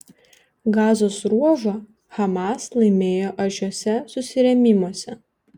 gazos ruožą hamas laimėjo aršiuose susirėmimuose